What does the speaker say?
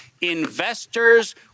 Investors